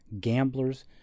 gamblers